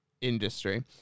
Industry